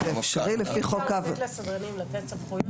אי אפשר לתת סדרנים לתת קנסות.